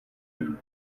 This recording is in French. mille